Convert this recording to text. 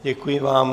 Děkuji vám.